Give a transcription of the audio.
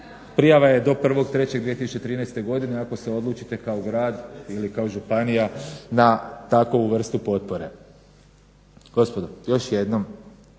Prijava je do 01.03.2013. godine ako se odlučite kao grad ili kao županija na takovu vrstu potpore. Gospodo još jednom